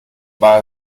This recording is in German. war